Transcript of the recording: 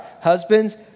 Husbands